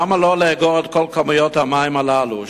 למה לא לאגור את כל כמויות המים הללו?